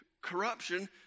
corruption